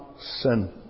sin